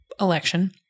election